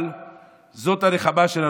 אבל זאת הנחמה שלנו.